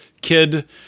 kid